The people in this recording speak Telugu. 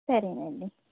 సరేనండి